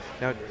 now